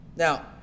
Now